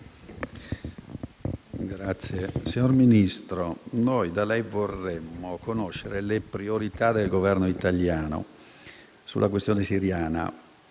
Signor Ministro, vorremmo conoscere le priorità del Governo italiano sulla questione siriana.